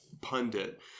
pundit